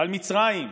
על מצרים,